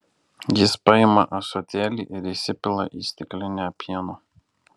jis paima ąsotėlį ir įsipila į stiklinę pieno